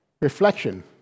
reflection